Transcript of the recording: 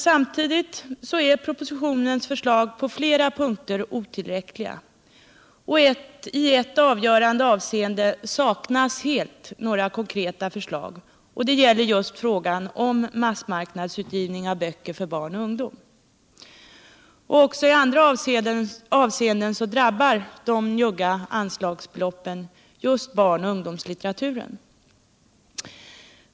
Samtidigt är propositionens förslag på flera punkter otillräckliga, och i ett avgörande avseende saknas helt några konkreta förslag. Det gäller just frågan om massmarknadsutgivning av böcker för barn och ungdom. Också i andra avseenden drabbar de njugga anslagsbeloppen just barn och ungdomslitteräturen.